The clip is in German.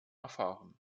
erfahren